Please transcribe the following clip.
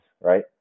Right